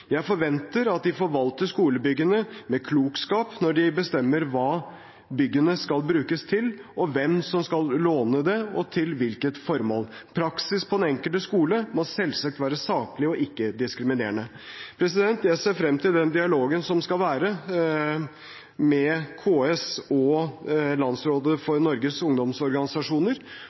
Jeg forventer at de forvalter skolebyggene med klokskap når de bestemmer hva byggene skal brukes til, hvem som skal få låne dem, og til hvilket formål. Praksis på den enkelte skole må selvsagt være saklig og ikke-diskriminerende. Jeg ser frem til den dialogen som skal være med KS og Landsrådet for Norges barne- og ungdomsorganisasjoner,